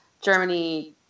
Germany